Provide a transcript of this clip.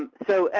so,